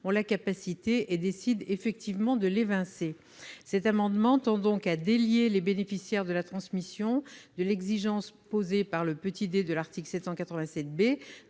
ont la capacité et décident effectivement de l'évincer. Cet amendement tend donc à délier les bénéficiaires de la transmission de l'exigence posée par le d de l'article 787